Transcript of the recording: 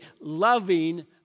loving